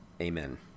Amen